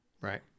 Right